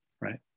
right